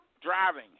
driving